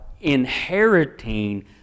inheriting